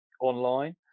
online